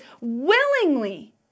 willingly